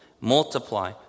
multiply